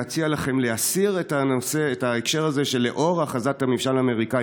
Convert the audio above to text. להציע לכם להסיר את ההקשר הזה שלאור הכרזת הממשל האמריקני,